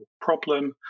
problem